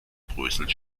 bröselt